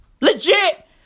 Legit